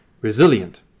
resilient